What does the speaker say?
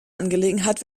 angelegenheit